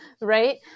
right